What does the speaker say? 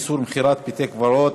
איסור מכירת בית-קברות),